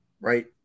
right